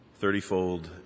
thirtyfold